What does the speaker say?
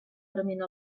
prement